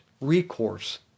recourse